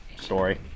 story